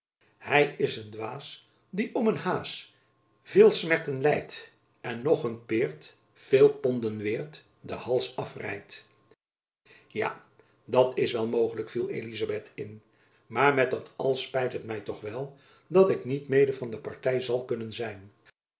hy is een dwaes die om een haes veel smerten lijt en noch een peerd veel ponden weert den hals afrijt ja dat is wel mogelijk viel elizabeth in maar met dat al spijt het my toch wel dat ik niet mede van de party zal kunnen zijn